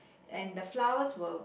and the flowers were